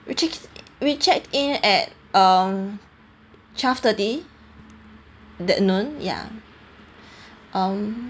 we check we checked in at um twelve thirty that noon ya um